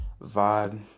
vibe